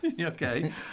Okay